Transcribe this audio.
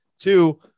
Two